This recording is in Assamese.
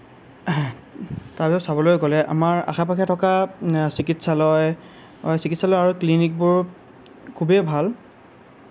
তাৰ পিছত চাবলৈ গ'লে আমাৰ আশে পাশে থকা চিকিৎসালয় চিকিৎসালয় আৰু ক্লিনিকবোৰ খুবেই ভাল